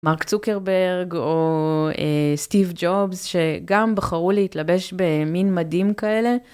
מרק צוקרברג או סטיב ג'ובס שגם בחרו להתלבש במין מדים כאלה.